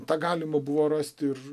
tą galima buvo rasti ir